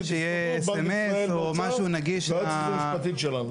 תסכמו בנק ישראל והאוצר --- או משהו נגיש --- והיועצת המשפטית שלנו.